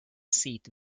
seat